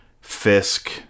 Fisk